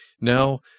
now